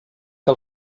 que